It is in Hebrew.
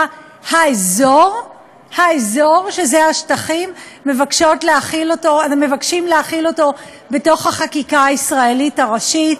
"האזור" שזה השטחים מבקשות להכיל אותו בתוך החקיקה הישראלית הראשית.